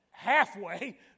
halfway